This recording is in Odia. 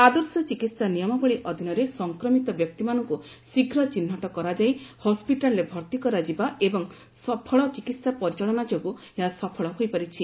ଆଦର୍ଶ ଚିକିତ୍ସା ନିୟମାବଳୀ ଅଧୀନରେ ସଂକ୍ରମିତ ବ୍ୟକ୍ତିମାନଙ୍କୁ ଶୀଘ୍ର ଚିହ୍ନଟ କରାଯାଇ ହସ୍ୱିଟାଲରେ ଭର୍ତ୍ତି କରାଯିବା ଏବଂ ସଫଳ ଚିକିତ୍ସା ପରିଚାଳନା ଯୋଗୁଁ ଏହା ସଫଳ ହୋଇପାରିଛି